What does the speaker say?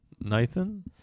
Nathan